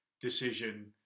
decision